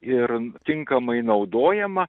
ir tinkamai naudojama